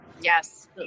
yes